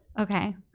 Okay